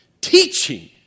teaching